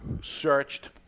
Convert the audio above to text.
searched